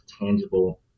tangible